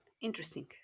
interesting